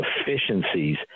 efficiencies